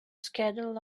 schedule